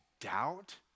doubt